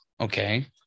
Okay